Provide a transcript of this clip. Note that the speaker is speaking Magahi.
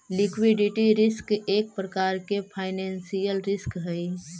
लिक्विडिटी रिस्क एक प्रकार के फाइनेंशियल रिस्क हई